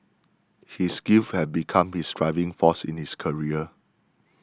his grief had become his driving force in his career